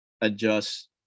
Adjust